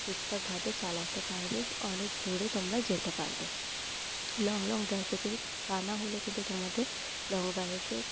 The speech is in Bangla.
ঠিকঠাকভাবে চালাতে পারবে অনেক দূরে তোমরা যেতে পারবে লং লং ড্রাইভে কিন্তু তা না হলে কিন্তু তোমাদের লং ড্রাইভে